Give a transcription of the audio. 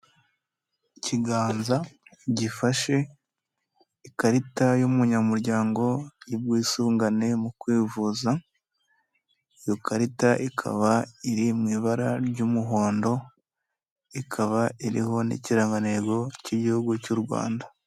Ikiganza gifashe ikarita y'umunyamuryango y'ubwisungane mu kwivuza. Ikarita ikaba iri mu ibara ry'umuhondo, ikaba iriho n'ikirangantego cy'igihugu cy'u Rwanda.